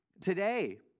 Today